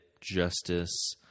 justice